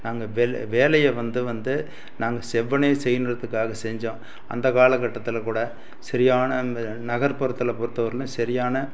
நாங்கள் வேலை வேலையை வந்து வந்து நாங்கள் செவ்வனே செய்யணுகிறத்துக்காக செஞ்சோம் அந்த காலக்கட்டத்தில் கூட சரியான அந்த நகர்புறத்தில் பொறுத்தவரையிலும் சரியான